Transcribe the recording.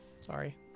Sorry